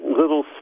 little